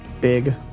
Big